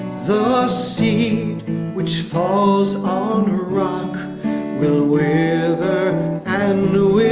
the seed which falls on rock will wither and